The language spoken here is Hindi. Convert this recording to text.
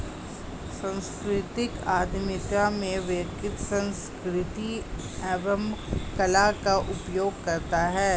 सांस्कृतिक उधमिता में व्यक्ति संस्कृति एवं कला का उपयोग करता है